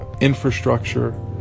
infrastructure